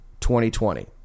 2020